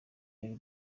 yari